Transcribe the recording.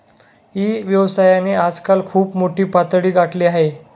E व्यवसायाने आजकाल खूप मोठी पातळी गाठली आहे